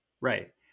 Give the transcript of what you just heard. right